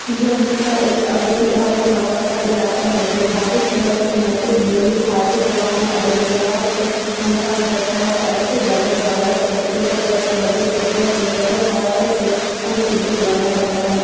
یہ خطہ ایک عبوری آب و ہوا کا علاقہ ہے جو حاری صحرا کو مرطوب ذیلی حاری توانا اور جنگلات سے ممتاز کرتا ہے ایسے درجہ حرارت کا تجربہ کرتا ہے جو صحرا کے درجہ حرارت سے کم شدت والا ہوتا ہے